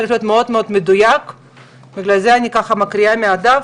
כי זה צריך להיות מאוד מדויק ובגלל זה אני מקריאה את זה,